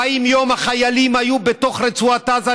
40 יום החיילים היו בתוך רצועת עזה,